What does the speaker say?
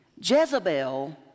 Jezebel